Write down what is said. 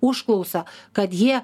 užklausa kad jie